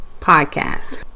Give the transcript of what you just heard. Podcast